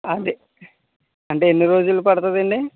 అదే అంటే ఎన్ని రోజులు పడుతుంది అండి